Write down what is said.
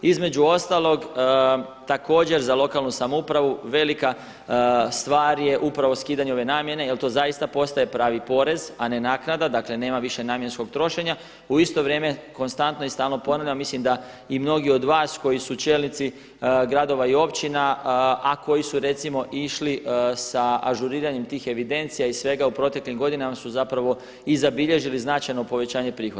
Između ostalog također za lokalnu samoupravu velika stvar je upravo skidanje ove namjene jer to zaista postaje pravi porez a ne naknada, dakle nema više namjenskog trošenja, u isto vrijeme, konstantno i stalno ponavljam, mislim da i mnogi od vas koji su čelnici gradova i općina a koji su recimo išli sa ažuriranjem tih evidencija i svega u proteklim godinama su zapravo i zabilježili značajno povećanje prihoda.